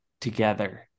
together